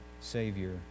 Savior